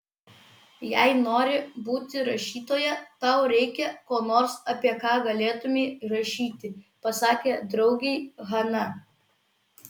jei nori būti rašytoja tau reikia ko nors apie ką galėtumei rašyti pasakė draugei hana